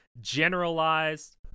generalized